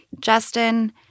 Justin